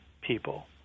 people